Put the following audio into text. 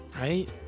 right